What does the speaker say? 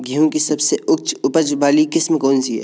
गेहूँ की सबसे उच्च उपज बाली किस्म कौनसी है?